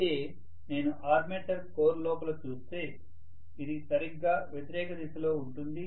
అయితే నేను armature core లోపల చూస్తే ఇది సరిగ్గా వ్యతిరేక దిశలో ఉంటుంది